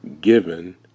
given